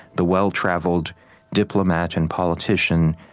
the well-traveled diplomat and politician,